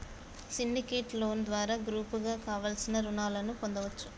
syndicate loan ద్వారా గ్రూపుగా కావలసిన రుణాలను పొందొచ్చు